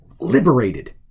Liberated